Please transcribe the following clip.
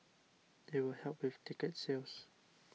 it will help with ticket sales